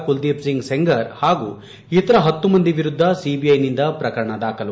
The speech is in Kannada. ಕುಲದೀಪ್ ಸಿಂಗ್ ಸೆಂಗರ್ ಹಾಗೂ ಇತರ ಹತ್ತು ಮಂದಿ ವಿರುದ್ದ ಸಿಬಿಐನಿಂದ ಪ್ರಕರಣ ದಾಖಲು